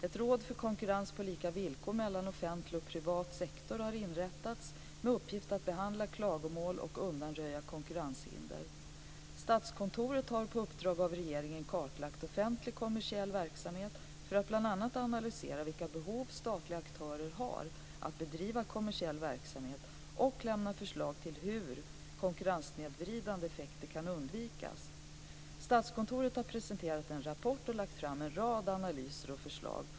Ett råd för konkurrens på lika villkor mellan offentlig och privat sektor har inrättats med uppgift att behandla klagomål och undanröja konkurrenshinder. Statskontoret har på uppdrag av regeringen kartlagt offentlig kommersiell verksamhet för att bl.a. analysera vilka behov statliga aktörer har av att bedriva kommersiell verksamhet och lämna förslag till hur konkurrenssnedvridande effekter kan undvikas. Statskontoret har presenterat en rapport och lagt fram en rad analyser och förslag.